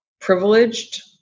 privileged